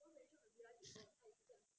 我就是了吃